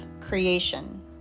creation